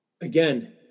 Again